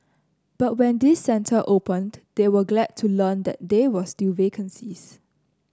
but when this centre opened they were glad to learn that there were vacancies